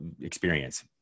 experience